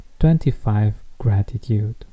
25GRATITUDE